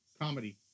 comedy